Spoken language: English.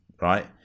right